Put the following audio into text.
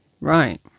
Right